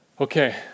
okay